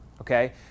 okay